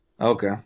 Okay